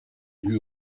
lui